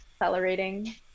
accelerating